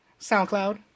SoundCloud